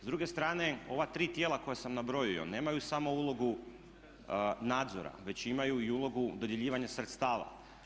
S druge strane ova tri tijela koja sam nabrojio nemaju samo ulogu nadzora već imaju i ulogu dodjeljivanja sredstava.